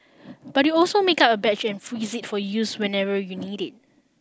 but you can also make up a batch and freeze it for use whenever you need it